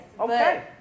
Okay